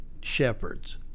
shepherds